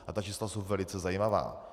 A ta čísla jsou velice zajímavá.